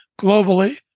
globally